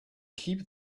keep